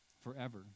forever